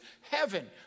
heaven